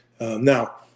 Now